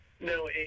No